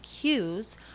cues